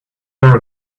are